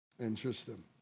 Interesting